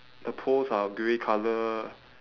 the poles are grey colour